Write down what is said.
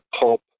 pulp